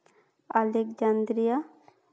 alexandria